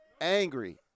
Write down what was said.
angry